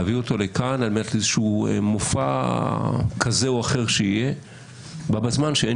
להביא אותו לכאן על מנת שיהיה איזשהו מופע כזה או אחר בו בזמן שאין